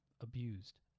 Abused